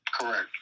Correct